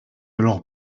alors